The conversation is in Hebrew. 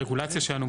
הרגולציה שלנו,